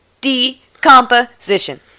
Decomposition